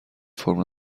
فرم